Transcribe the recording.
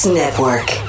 network